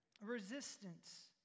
Resistance